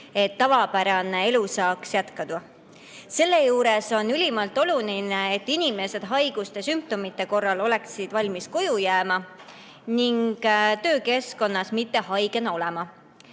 et tavapärane elu saaks jätkuda. Selle juures on ülimalt oluline, et inimesed haigussümptomite korral oleksid valmis koju jääma ning töökeskkonnas mitte haigena olema.